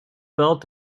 belt